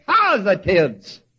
positives